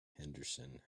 henderson